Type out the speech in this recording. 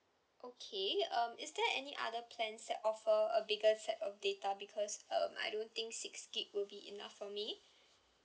okay um is there any other plans that offer a bigger set of data because um I don't think six gig will be enough for me